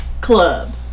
club